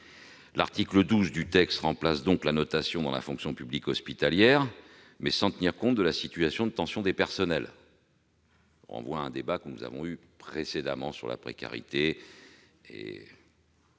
L'article 12 du texte remplace donc la notation dans la fonction publique hospitalière, mais sans tenir compte de la situation de tension des personnels. Je vous renvoie à un débat que nous avons eu précédemment sur la précarité.